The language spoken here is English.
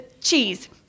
Cheese